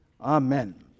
Amen